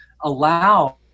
allow